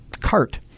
cart